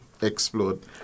Explode